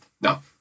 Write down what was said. No